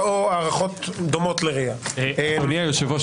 או הערכות דומות לRIA --- אדוני יושב הראש,